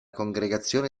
congregazione